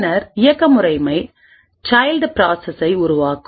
பின்னர் இயக்க முறைமை சைல்ட் ப்ராஸசை உருவாக்கும்